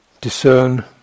discern